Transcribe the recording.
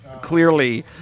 clearly